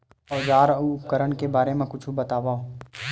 औजार अउ उपकरण के बारे मा कुछु बतावव?